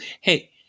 hey